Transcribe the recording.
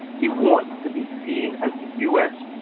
he wants to be seen as u. s.